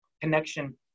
connection